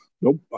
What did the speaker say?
Nope